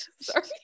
Sorry